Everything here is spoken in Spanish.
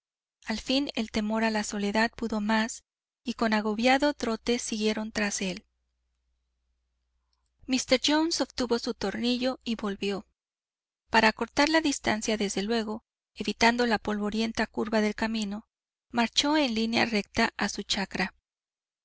al fin el temor a la soledad pudo más y con agobiado trote siguieron tras él míster jones obtuvo su tornillo y volvió para acortar distancia desde luego evitando la polvorienta curva del camino marchó en línea recta a su chacra